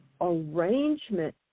arrangement